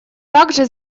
также